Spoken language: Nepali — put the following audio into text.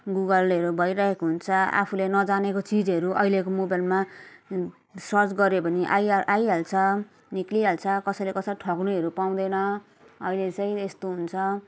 गुगलहरू भइरहेको हुन्छ आफूले नजानेको चिजहरू अहिलेको मोबाइलमा सर्च गर्यो भने आई आइहाल्छ निस्किहाल्छ कसैले कसैलाई ठग्नुहरू पाउँदैन अहिले चाहिँ यस्तो हुन्छ